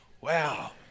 Wow